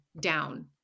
down